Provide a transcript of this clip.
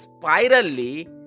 spirally